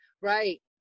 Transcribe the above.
Right